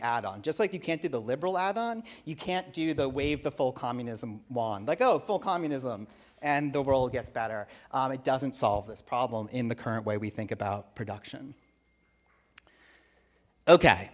add on just like you can't do the liberal add on you can't do the wave the full communism wand like oh full communism and the world gets better it doesn't solve this problem in the current way we think about production okay